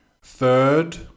Third